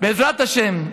בעזרת השם,